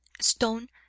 Stone